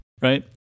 Right